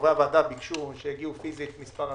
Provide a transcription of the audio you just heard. וחברי הועדה ביקשו שיגיעו פיזית מספר אנשים.